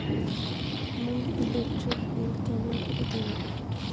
মুই electric bill কেমন করি দিম?